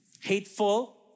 hateful